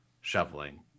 shoveling